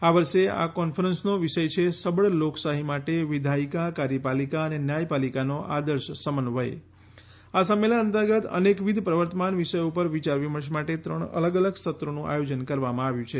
આ વર્ષે આ કોન્ફરન્સનો વિષય છે સબળ લોકશાહી માટે વિધાયિકા કાર્યપાલિકા તથા ન્યાયપાલિકાનો આદર્શ સમન્વય આ સંમેલન અતંર્ગત અનકેવિધ પ્રવર્તમાન વિષયો ઉપર વિચારવિમર્શ માટે ત્રણ અલગ અલગ સત્રોનું આયોજન કરવામાં આવ્યુ છે